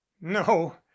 no